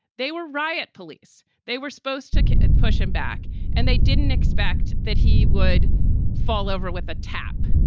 they were riot police. they were supposed to push him back and they didn't expect that he would fall over with a tap.